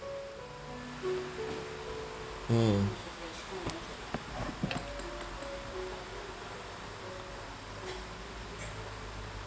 mm